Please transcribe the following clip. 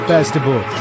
Festival